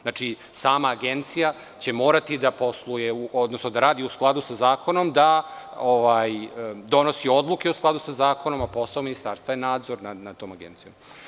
Znači, sama Agencija će morati da posluje, odnosno da radi u skladu sa zakonom, da donosi odluke u skladu sa zakonom, a posao ministarstva je nadzor nad tom agencijom.